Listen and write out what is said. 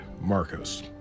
Marcos